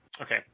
Okay